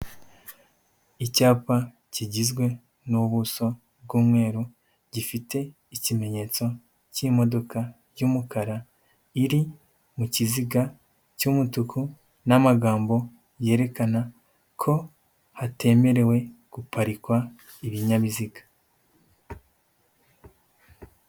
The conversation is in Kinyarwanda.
Icyapa kigizwe n'ubuso bw'umweru gifite ikimenyetso cy'imodoka y'umukara iri mu kiziga cy'umutuku n'amagambo yerekana ko hatemerewe guparikwa ibinyabiziga.